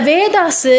Vedas